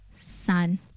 sun